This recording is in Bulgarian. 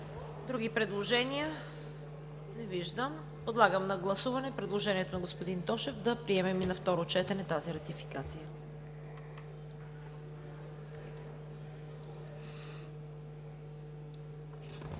Други предложения? Не виждам. Подлагам на гласуване предложението на господин Тошев да приемем и на второ четене тази ратификация.